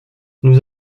nous